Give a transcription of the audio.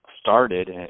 started